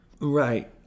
Right